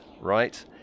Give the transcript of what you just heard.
right